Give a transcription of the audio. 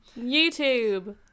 youtube